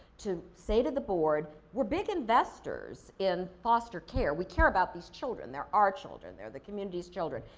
to say to the board, we're big investors in foster care. we care about these children, they're our children. they're the community's children.